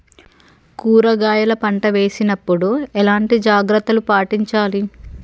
కూరగాయల పంట వేసినప్పుడు ఎలాంటి జాగ్రత్తలు పాటించాలి?